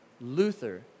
Luther